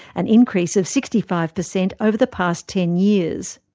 an increase of sixty five percent over the past ten years.